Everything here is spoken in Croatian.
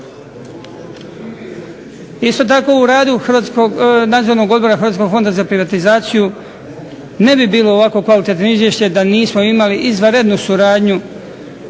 Isto tako, u radu Nadzornog odbora Hrvatskog fonda za privatizaciju ne bi bilo ovako kvalitetno izvješće da nismo imali izvanrednu suradnju